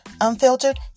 unfiltered